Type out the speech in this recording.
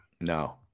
No